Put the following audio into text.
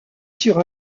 sur